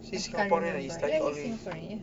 he's singaporean ah he study all the way